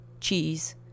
cheese